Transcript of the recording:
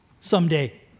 someday